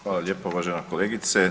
Hvala lijepo, uvažena kolegice.